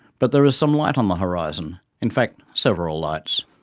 but there is some light on the horizon. in fact, several lights.